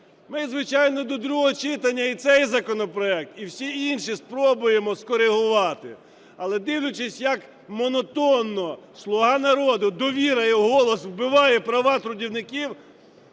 Ми, звичайно, до другого читання і цей законопроект, і всі інші спробуємо скоригувати. Але дивлячись як монотонно "Слуга народу", "Довіра" і "Голос" вбиває права трудівників,